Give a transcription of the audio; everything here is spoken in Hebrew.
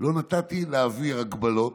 לא נתתי להעביר הגבלות,